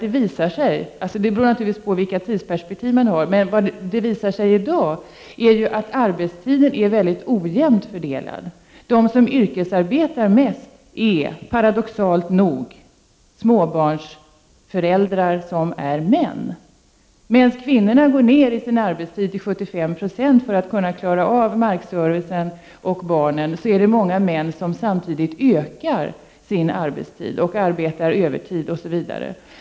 Det visar sig nämligen — det beror naturligtvis på vilket tidsperspektiv man har, men ändå — att arbetstiden i dag är mycket ojämnt fördelad. De som yrkesarbetar mest är, paradoxalt nog, småbarnsföräldrar som är män. Medan kvinnorna går ner till en arbetstid på 75 Yo för att klara markservicen och barnen, är det många män som samtidigt ökar sin arbetstid, arbetar övertid osv.